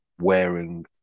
wearing